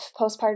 postpartum